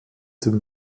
zum